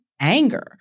anger